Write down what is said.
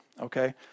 okay